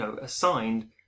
assigned